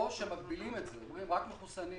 או שמגבילים את זה, רק מחוסנים,